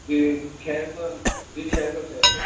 جی چھ سو جی چھ سو چھ سو